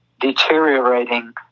deteriorating